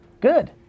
Good